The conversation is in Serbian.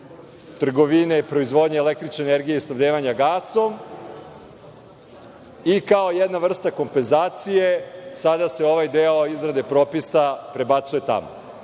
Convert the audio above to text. trgovine i proizvodnje električne energije i snabdevanja gasom i kao jedna vrsta kompenzacije sada se ovaj deo izrade propisa prebacuje tamo. Nema